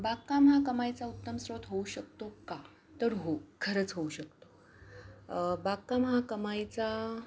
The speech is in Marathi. बागकाम हा कमाईचा उत्तम स्रोत होऊ शकतो का तर हो खरंच होऊ शकतो बागकाम हा कमाईचा